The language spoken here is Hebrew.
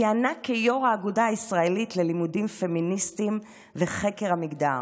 כיהנה כיו"ר האגודה הישראלית ללימודים פמיניסטיים וחקר המגדר,